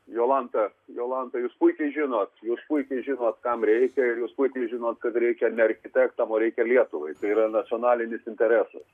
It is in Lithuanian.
jolanta jolanta jūs puikiai žinot jūs puikiai žinot kam reikia ir jūs puikiai žinot kad reikia ne architektam o reikia lietuvai tai yra nacionalinis interesas